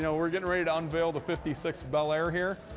so we're getting ready to unveil the fifty six bel air here,